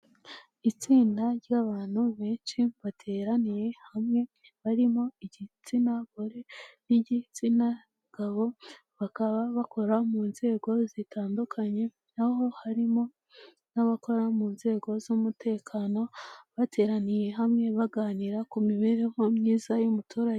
Itsinda ry'abantu benshi bateraniye hamwe barimo igitsina gore n'igitsina gabo bakaba bakora mu nzego zitandukanye naho harimo n'abakora mu nzego z'umutekano bateraniye hamwe baganira ku mibereho myiza y'umuturage